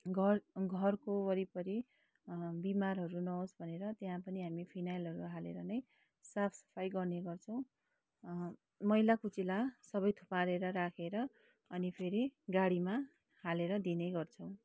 घर घरको वरिपरि बिमारहरू नहोस् भनेर त्यहाँ पनि हामी फिनाइलहरू हालेर नै साफसफाइ गर्ने गर्छौँ मैलाकुचेला सबै थुपारेर राखेर अनि फेरि गाडीमा हालेर दिने गर्छौँ